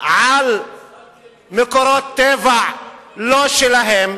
על מקורות טבע לא שלהם,